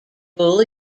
bull